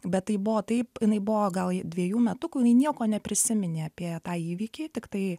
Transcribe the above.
bet tai buvo taip jinai buvo gal dvejų metukų jinai nieko neprisiminė apie tą įvykį tiktai